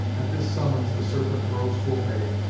at this summons the serpent arose to obey,